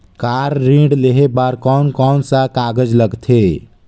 Car ऋण लेहे बार कोन कोन सा कागज़ लगथे?